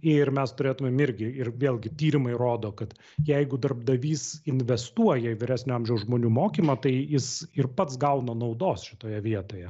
ir mes turėtumėm irgi ir vėlgi tyrimai rodo kad jeigu darbdavys investuoja į vyresnio amžiaus žmonių mokymą tai jis ir pats gauna naudos šitoje vietoje